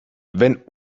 wenn